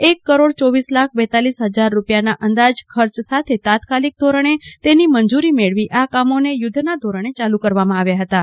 એક કરોડ ચોવીસ લાખ બેતાલીસ હજાર અંદાજેના ખર્ચે તાત્કાલીક ધોરણે તેની મંજૂરી મેળવી આ કામોને યુધ્ધના ધોરણે ચાલુ કરવામાં આવ્યાં હતાં